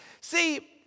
See